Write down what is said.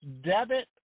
debit